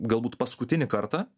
galbūt paskutinį kartą